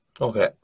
Okay